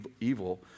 evil